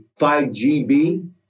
5GB